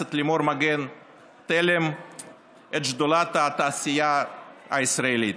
הכנסת לימור מגן תלם את שדולת התעשייה הישראלית,